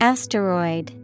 Asteroid